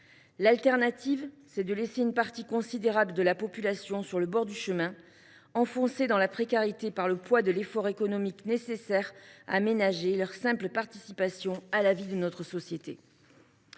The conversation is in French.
L’alternative, c’est de laisser une partie considérable de la population sur le bord du chemin, enfoncée dans la précarité par le poids de l’effort économique nécessaire pour ménager leur simple participation à la vie de notre société.